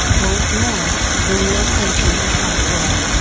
once more, when your attention is elsewhere.